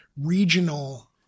regional